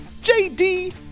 JD